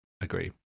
agree